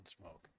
smoke